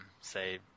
say